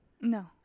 No